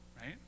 right